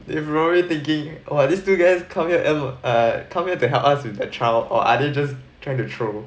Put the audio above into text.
they probably thinking !wah! these two guys come here and err come here to help us with the child or other just trying to troll